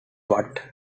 what